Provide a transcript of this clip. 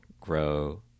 grow